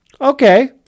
Okay